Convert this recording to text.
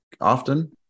often